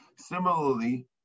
Similarly